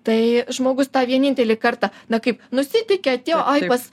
tai žmogus tą vienintelį kartą na kaip nusiteikė atėjo aj pas